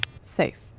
Safe